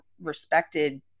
respected